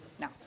No